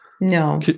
No